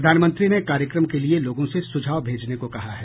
प्रधानमंत्री ने कार्यक्रम के लिए लोगों से सुझाव भेजने को कहा है